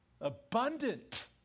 abundant